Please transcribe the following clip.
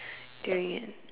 doing it